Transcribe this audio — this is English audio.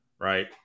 right